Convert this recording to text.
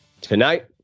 Tonight